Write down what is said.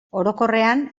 orokorrean